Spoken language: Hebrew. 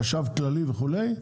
חשב כללי וכו',